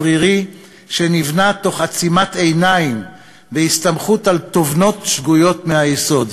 שנבנה תוך עצימת עיניים והסתמכות על תובנות שגויות מהיסוד.